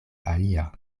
alia